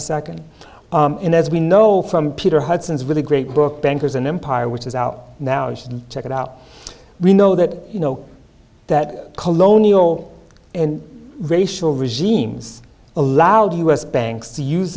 the second in as we know from peter hudson's really great book bankers and empire which is out now you should check it out we know that you know that colonial and racial regimes allowed u s banks to use